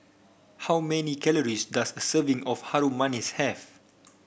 how many calories does a serving of Harum Manis have